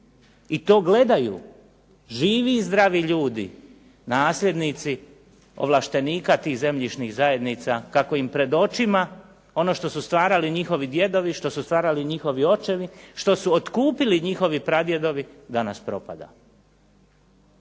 I to gledaju živi i zdravi ljudi, nasljednici ovlaštenika tih zemljišnih zajednica kako im pred očima, ono što su stvarali njihovi djedovi, što su stvarali njihovi očevi, što su otkupili njihovi pradjedovi danas propada.